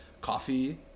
coffee